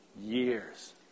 years